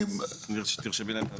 תרשמי להם.